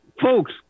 folks